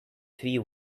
three